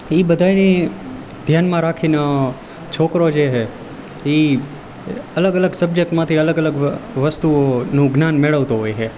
ઈ બધાંયને ધ્યાનમાં રાખીને છોકરો જે છે ઈ અલગ અલગ સબ્જેક્ટ માંથી અલગ અલગ વસ્તુઓનું જ્ઞાન મેળવતો હોય છે